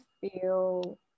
feel